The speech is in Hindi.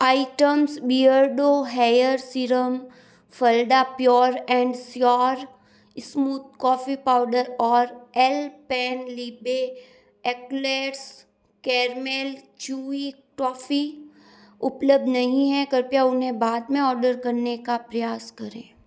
आइटम्स बिअर्डो हेयर सीरम फलडा pure and sure smooth coffee powder और Alpenliebe eclairs caramel chewy toffee उपलब्ध नहीं हैं कृपया उन्हें बाद में ऑर्डर करने का प्रयास करें